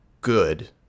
good